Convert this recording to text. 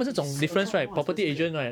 is alot more expensive eh